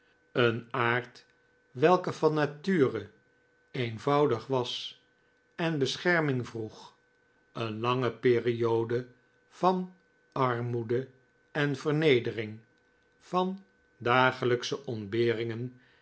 een aard welke van nature eenvoudig was en bescherming vroeg een lange periode van armoede en vernedering van dagelijksche ontberingen